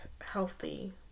healthy